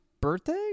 birthday